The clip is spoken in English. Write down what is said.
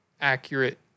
accurate